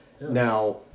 Now